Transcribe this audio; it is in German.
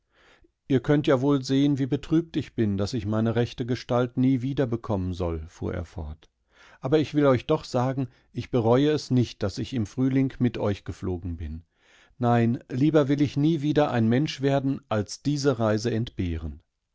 ihr könnt ja wohl sehen wie betrübt ich bin daß ich meine rechte gestalt nie wieder bekommen soll fuhr er fort aberichwilleuchdochsagen ichbereueesnicht daßichimfrühlingmit euch geflogen bin nein lieber will ich nie wieder ein mensch werden als diese reise entbehren